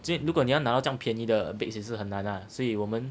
所以如果你要拿到这么便宜的 bakes 也是很难的啊所以我们